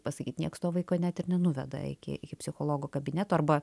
pasakyt nieks to vaiko net ir nenuveda iki iki psichologo kabineto arba